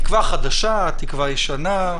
תקווה חדשה, תקווה ישנה.